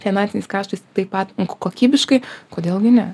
finansiniais kaštais taip pat kokybiškai kodėl gi ne